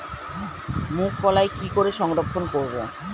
মুঘ কলাই কি করে সংরক্ষণ করব?